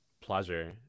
pleasure